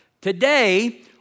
Today